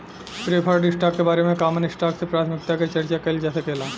preferred stock के बारे में कॉमन स्टॉक से प्राथमिकता के चार्चा कईल जा सकेला